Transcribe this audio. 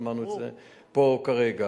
ושמענו את זה פה כרגע,